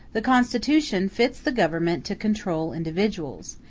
the constitution fits the government to control individuals,